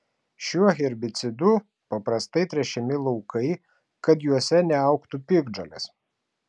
šiuo herbicidu paprastai tręšiami laukai kad juose neaugtų piktžolės